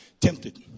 tempted